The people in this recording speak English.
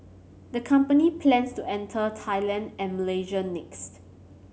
the company plans to enter Thailand and Malaysia next